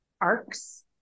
arcs